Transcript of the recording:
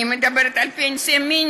אני מדברת על פנסיית מינימום.